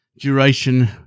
duration